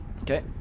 Okay